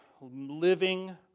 living